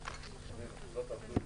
דיווחים.